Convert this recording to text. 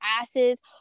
asses